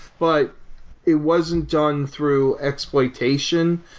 but it wasn't done through exploitation.